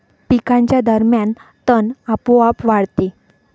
पिकांच्या दरम्यान तण आपोआप वाढते